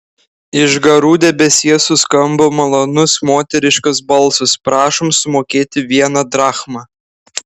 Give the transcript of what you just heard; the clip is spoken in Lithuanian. iš garų debesies suskambo malonus moteriškas balsas prašom sumokėti vieną drachmą